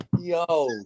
Yo